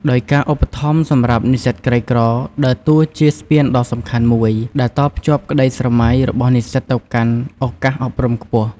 ដោយការឧបត្ថម្ភសម្រាប់និស្សិតក្រីក្រ ដើរតួជា ស្ពានដ៏សំខាន់មួយ ដែល តភ្ជាប់ក្ដីស្រមៃ របស់និស្សិតទៅកាន់ ឱកាសអប់រំខ្ពស់។